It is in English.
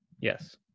Yes